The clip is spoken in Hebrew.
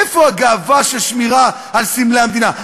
איפה הגאווה של שמירה על סמלי המדינה?